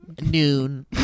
Noon